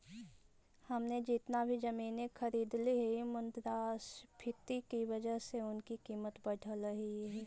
हमने जितना भी जमीनें खरीदली हियै मुद्रास्फीति की वजह से उनकी कीमत बढ़लई हे